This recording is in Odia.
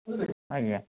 ଆଜ୍ଞା